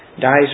dies